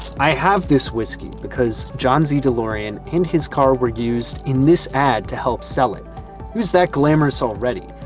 i have this whiskey because john z. delorean and his car were used in this ad to help sell it. he was that glamorous already.